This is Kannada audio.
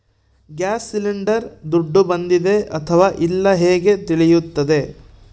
ಗ್ಯಾಸ್ ಸಿಲಿಂಡರ್ ದುಡ್ಡು ಬಂದಿದೆ ಅಥವಾ ಇಲ್ಲ ಹೇಗೆ ತಿಳಿಯುತ್ತದೆ?